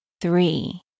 three